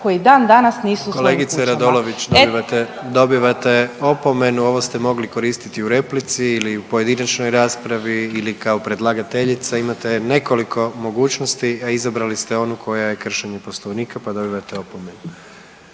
**Jandroković, Gordan (HDZ)** Kolegice RAdolović dobivate opomenu ovo ste mogli koristiti u replici ili u pojedinačnoj raspravi ili kao predlagateljica, imate nekoliko mogućnosti, a izabrali ste onu koja je kršenje poslovnika pa dobivate opomenu.